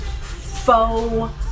faux